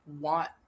want